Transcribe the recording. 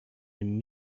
and